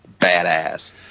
badass